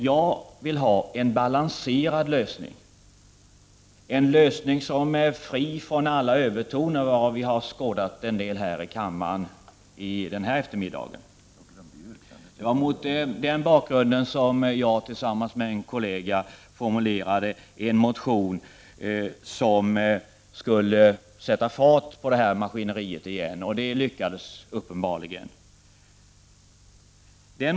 Jag vill ha en balanserad lösning — en lösning som är fri från alla övertoner, varav vi har skådat en del här i kammaren under debatten. Mot den bakgrunden formulerade jag tillsammans med en kollega en motion som skulle sätta fart på det här maskineriet igen. Det lyckades uppenbarligen.